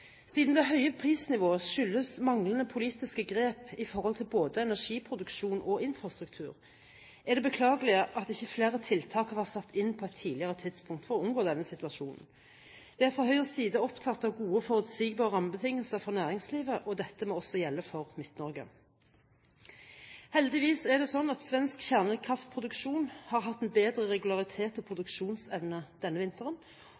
Siden det høye prisnivået skyldes manglende politiske grep når det gjelder både energiproduksjon og infrastruktur, er det beklagelig at ikke flere tiltak har vært satt inn på et tidligere tidspunkt for å unngå denne situasjonen. Vi er fra Høyres side opptatt av gode og forutsigbare rammebetingelser for næringslivet. Dette må også gjelde for Midt-Norge. Heldigvis er det slik at svensk kjernekraftproduksjon har hatt en bedre regularitet og produksjonsevne denne vinteren